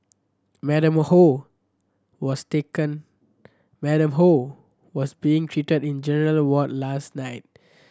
Madam Ho was taken Madam Ho was being treated in a general ward last night